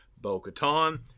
Bo-Katan